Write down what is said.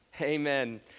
Amen